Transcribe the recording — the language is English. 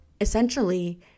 essentially